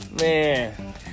Man